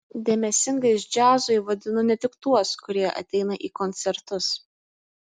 dėmesingais džiazui vadinu ne tik tuos kurie ateina į koncertus